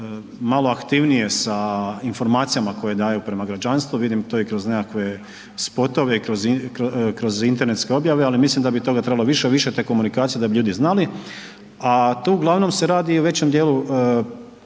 malo aktivnije sa informacijama koje daju prema građanstvu, vidim to i kroz nekakve spotove, i kroz internetske objave, ali mislim da bi toga trebalo više, više te komunikacije da bi ljudi znali, a tu uglavnom se radi i o većem dijelu